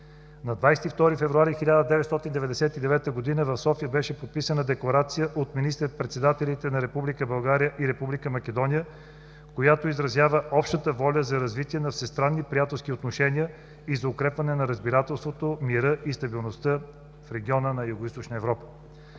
На 22 февруари 1999 г. в София беше подписана декларация от министър-председателите на Република България и Република Македония, която изразява общата воля за развитие на всестранни приятелски отношения и за укрепване на разбирателството, мира и стабилността в региона на Югоизточна Европа.